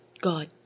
God